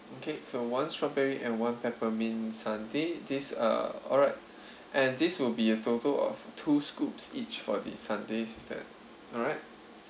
okay so one strawberry and one peppermint sundae these uh alright and these will be a total of two scoops each for the sundae is that all right